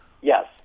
Yes